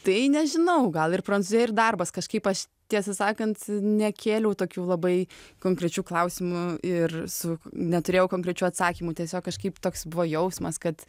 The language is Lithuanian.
tai nežinau gal ir prancūzijoj ir darbas kažkaip aš tiesą sakant nekėliau tokių labai konkrečių klausimų ir su neturėjau konkrečių atsakymų tiesiog kažkaip toks buvo jausmas kad